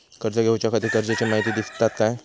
कर्ज घेऊच्याखाती गरजेची माहिती दितात काय?